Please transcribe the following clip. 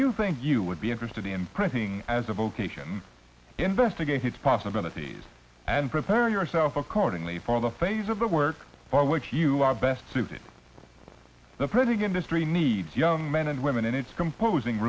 you think you would be interested in printing as a vocation investigate its possibilities and prepare yourself accordingly for the phase of the work for which you are best suited to the printing industry needs young men and women in its composing